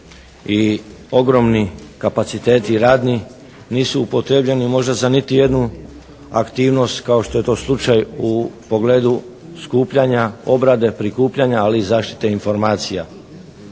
i ogromni kapaciteti radni nisu upotrijebljeni možda za niti jednu aktivnosti kao što je to slučaj u pogledu skupljanja, obrade, prikupljanja ali i zaštite informacija.